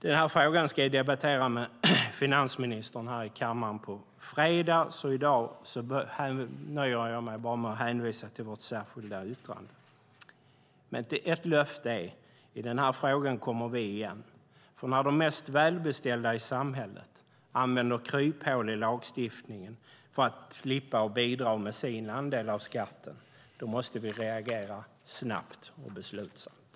Denna fråga ska jag debattera med finansministern i kammaren på fredag. I dag nöjer jag mig med att hänvisa till vårt särskilda yttrande. Men ett löfte är att vi i den här frågan kommer igen. När de mest välbeställda i samhället använder kryphål i lagstiftningen för att slippa bidra med sin andel av skatten måste vi reagera snabbt och beslutsamt.